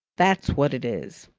that's wot it is.